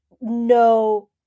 no